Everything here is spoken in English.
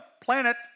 planet